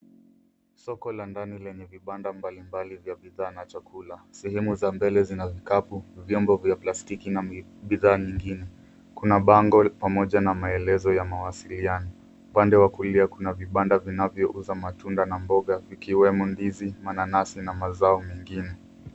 Soko la ndani lenye vibanda mbalimbali vya bidhaa na chakula. Sehemu za mbele zina vikapu, vyombo vya plastiki na bidhaa nyingine. Kuna bango pamoja na maelezo ya mawasiliano. Upande wa kulia kuna vibanda vinavyouza matunda na mboga vikiwemo ndizi, mananasi na mazao mengine.